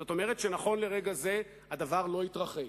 זאת אומרת שנכון לרגע זה הדבר לא התרחש.